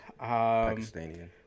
Pakistani